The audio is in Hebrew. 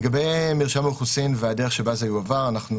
לגבי מרשם האוכלוסין והדרך שבה זה יועבר אנחנו